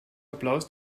applaus